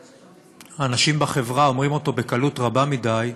שאנשים בחברה אומרים אותה בקלות רבה מדי,